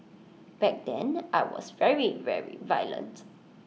back then I was very very violent